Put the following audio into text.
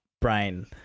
brain